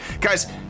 Guys